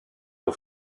aux